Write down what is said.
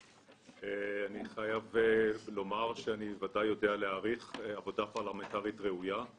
אני חייב לומר שאני ודאי יודע להעריך עבודה פרלמנטרית ראויה,